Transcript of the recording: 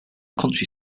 country